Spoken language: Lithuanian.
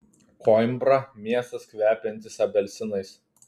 koimbra miestas kvepiantis apelsinais